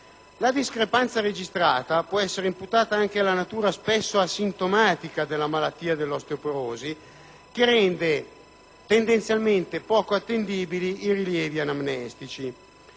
La discrepanza registrata può essere imputata anche alla natura spesso asintomatica della malattia dell'osteoporosi, che rende complessivamente poco attendibili i rilievi anamnestici.